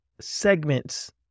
segments